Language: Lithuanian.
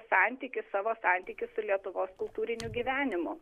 santykį savo santykį su lietuvos kultūriniu gyvenimu